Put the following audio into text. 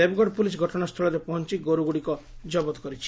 Deogarh police ଘଟଣାସ୍ସୁଳରେ ପହଞ୍ ଗୋରୁ ଗୁଡିକ ଜବତ କରିଛି